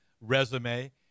resume